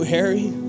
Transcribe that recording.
Harry